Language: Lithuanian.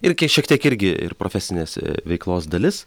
ir kai šiek tiek irgi ir profesinės veiklos dalis